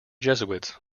jesuits